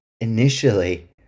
initially